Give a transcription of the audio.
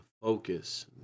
focus